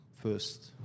first